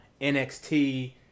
NXT